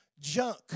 junk